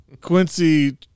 Quincy